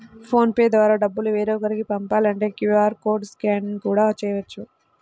phone pay ద్వారా డబ్బులు వేరొకరికి పంపాలంటే క్యూ.ఆర్ కోడ్ ని స్కాన్ కూడా చేయవచ్చు